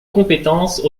compétence